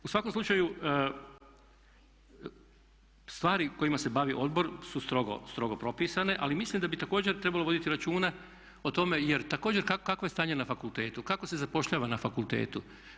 U svakom slučaju stvari kojima se bavi odbor su strogo propisane ali mislim da bi također trebalo voditi računa o tome jer također kakvo je stanje na fakultetu, kako se zapošljava na fakultetu?